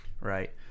Right